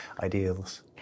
ideals